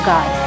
God